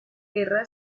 guerra